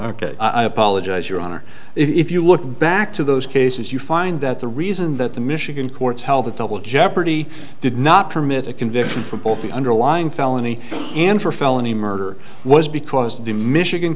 ok i apologize your honor if you look back to those cases you find that the reason that the michigan courts held that double jeopardy did not permit a conviction for both the underlying felony and for felony murder was because the michigan